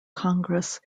congress